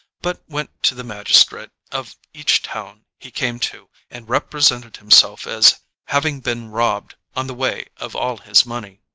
but went to the magistrate of each town he came to and represented himself as having been robbed on the way of all his money.